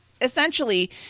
essentially